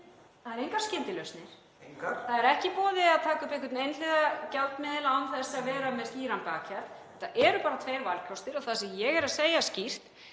það eru engar skyndilausnir. Það er ekki í boði að taka einhliða upp einhvern gjaldmiðil án þess að vera með skýran bakhjarl. Það eru bara tveir valkostir. Það sem ég er að segja skýrt